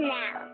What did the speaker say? now